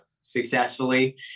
successfully